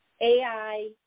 AI